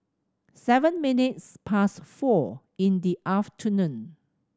seven minutes past four in the afternoon